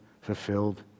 fulfilled